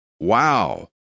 Wow